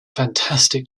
fantastic